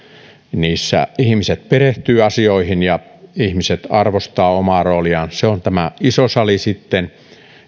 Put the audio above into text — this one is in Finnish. niissä ihmiset perehtyvät asioihin ja ihmiset arvostavat omaa rooliaan se on tämä iso sali sitten